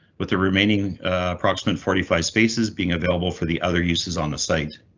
with the remaining approximately forty five spaces being available for the other uses on the site.